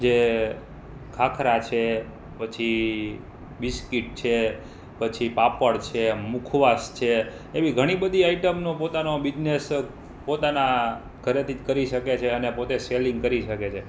જે ખાખરા છે પછી બિસ્કિટ છે પછી પાપડ છે મુખવાસ છે એવી ઘણી બધી આઇટમનો પોતાનો બીજનેસ પોતાનાં ઘરેથી જ કરી શકે છે અને પોતે સેલિંગ કરી શકે છે